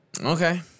Okay